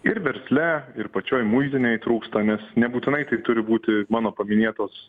ir versle ir pačioj muitinėj trūksta nes nebūtinai tai turi būti mano paminėtos